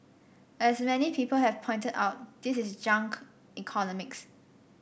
as many people have pointed out this is junk economics